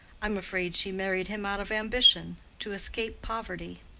i'm afraid she married him out of ambition to escape poverty.